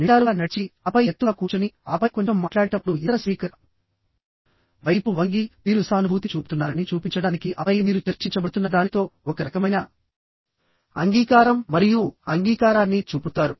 నిటారుగా నడిచిఆపై ఎత్తుగా కూర్చునిఆపై కొంచెం మాట్లాడేటప్పుడు ఇతర స్పీకర్ వైపు వంగిమీరు సానుభూతి చూపుతున్నారని చూపించడానికిఆపై మీరు చర్చించబడుతున్న దానితో ఒక రకమైన అంగీకారం మరియు అంగీకారాన్ని చూపుతారు